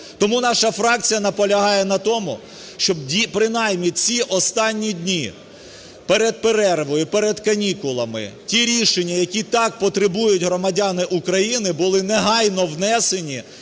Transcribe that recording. Тому наша фракція наполягає на тому, щоб принаймні ці останні дні перед перервою, перед канікулами ті рішення, які так потребують громадяни України, були негайно внесені